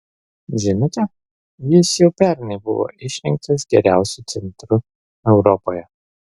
žinote jis jau pernai buvo išrinktas geriausiu centru europoje